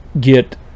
get